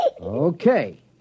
Okay